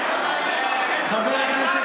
אדוני היושב-ראש,